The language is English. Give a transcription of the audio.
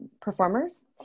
performers